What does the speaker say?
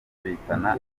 bitana